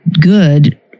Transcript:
good